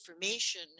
information